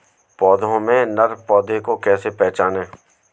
पौधों में नर पौधे को कैसे पहचानें?